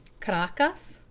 caracas,